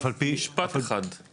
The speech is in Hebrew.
אם אפשר משפט אחד,